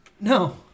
No